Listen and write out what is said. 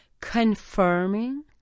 confirming